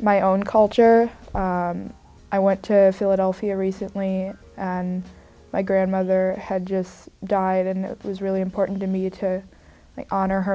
my own culture i went to philadelphia recently and my grandmother had just died and it was really important to me to honor her